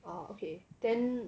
oh okay then